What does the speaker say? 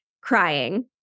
crying